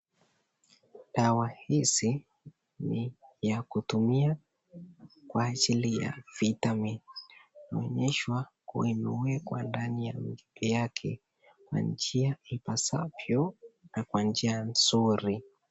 Dawa hizi ni ya kutumia kwa ajili ya vitamin. Inaonyeshwa imewekwa ndani ya chupa yake, na njia ipasavyo na kwa njia mzuri.